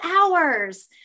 hours